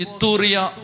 Ituria